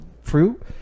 fruit